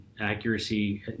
accuracy